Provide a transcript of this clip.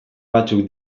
batzuk